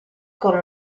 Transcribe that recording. con